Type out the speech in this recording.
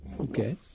Okay